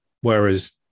whereas